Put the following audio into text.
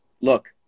look